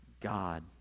God